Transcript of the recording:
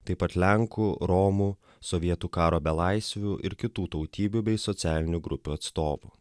taip pat lenkų romų sovietų karo belaisvių ir kitų tautybių bei socialinių grupių atstovų